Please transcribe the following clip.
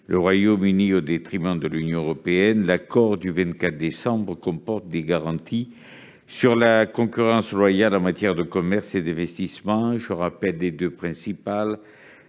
le Royaume-Uni au détriment de l'Union européenne, l'accord du 24 décembre comporte des garanties sur la concurrence loyale en matière de commerce et d'investissement. Je rappelle les deux principales,